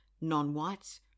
non-whites